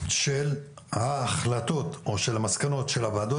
של ההחלטות או של המסקנות של הוועדות